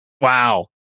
Wow